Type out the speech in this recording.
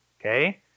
okay